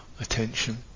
attention